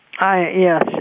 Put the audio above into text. Yes